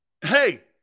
Hey